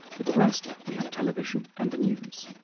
for the rest we have television and the news.